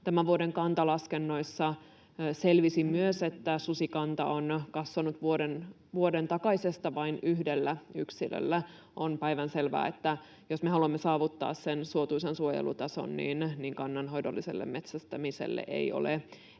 Tämän vuoden kantalaskennoissa selvisi myös, että susikanta on kasvanut vuoden takaisesta vain yhdellä yksilöllä. On päivänselvää, että jos me haluamme saavuttaa sen suotuisan suojelutason, niin kannanhoidolliselle metsästämiselle ei ole